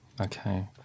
Okay